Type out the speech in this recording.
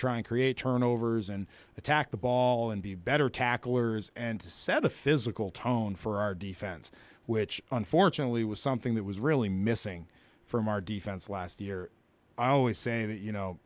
try and create turnovers and attack the ball and be better tacklers and to set a physical tone for our defense which unfortunately was something that was really missing from our defense last year i always say that you know